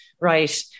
right